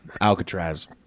Alcatraz